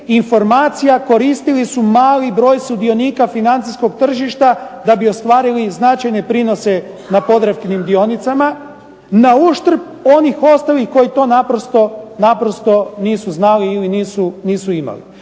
informacija koristili su mali broj sudionika financijskog tržišta da bi ostvarili značajne prinose na Podravkinim dionicama, na uštrb onih ostalih koji to naprosto nisu znali ili nisu imali.